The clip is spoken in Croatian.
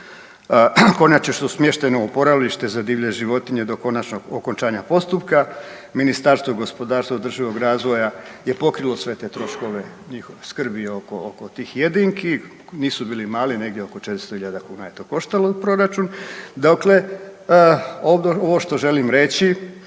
Kornjače su smještene u oporavište za divlje životinje do konačnog okončanja postupka. Ministarstvo gospodarstva i održivog razvoja je pokrilo sve te troškove njihove skrbi oko tih jedinki. Nisu bili mali, negdje oko 400 hiljada kuna je to koštalo proračun. Dakle, ovo što želim reći